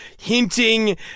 hinting